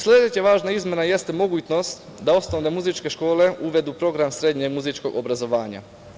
Sledeća važna izmena jeste mogućnost da osnovne muzičke škole uvede program srednjeg muzičkog obrazovanja.